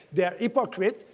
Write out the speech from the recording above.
they're hypocrites.